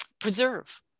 preserve